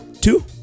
two